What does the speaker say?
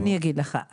אני אגיד לך.